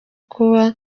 kuba